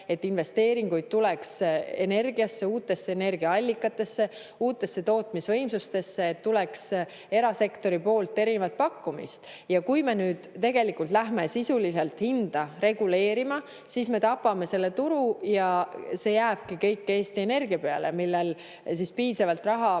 et investeeringuid tuleks energiasse, uutesse energiaallikatesse, uutesse tootmisvõimsustesse, et tuleks erasektori poolt erinevaid pakkumisi. Kui me nüüd läheme sisuliselt hinda reguleerima, siis me tapame selle turu ja see kõik jääbki Eesti Energia peale, kellel ei ole piisavalt raha,